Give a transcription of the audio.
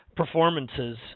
performances